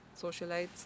socialites